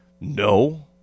no